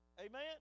amen